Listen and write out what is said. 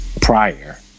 prior